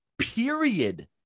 period